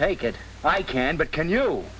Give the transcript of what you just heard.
take it i can but can you